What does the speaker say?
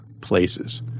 places